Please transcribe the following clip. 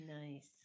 Nice